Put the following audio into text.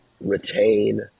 retain